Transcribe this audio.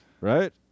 right